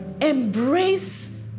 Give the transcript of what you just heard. embrace